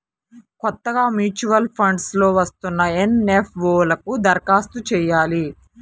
కొత్తగా mutual funds లో వస్తున్న ఎన్.ఎఫ్.ఓ లకు దరఖాస్తు చెయ్యాలి